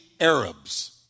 Arabs